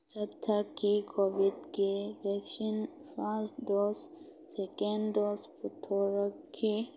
ꯆꯠꯊꯈꯤ ꯀꯣꯕꯤꯠꯀꯤ vaccine first dose second dose ꯄꯨꯊꯣꯔꯛꯈꯤ